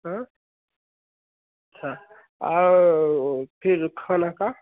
हाँ अच्छा आ फिर खाना का